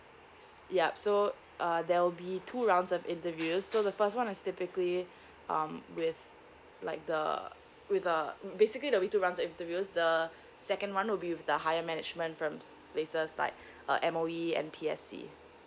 yup so uh there will be two rounds of interviews so the first one is typically um with like the with the basically there'll be two rounds of interviews the second one will be with the higher management firms places like uh M_O_E M_P_S_C